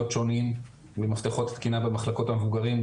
שונים ממפתחות תקינה במחלקות המבוגרים.